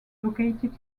located